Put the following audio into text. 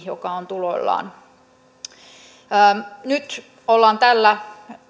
joka on tuloillaan on hyvä esimerkki nyt ollaan tällä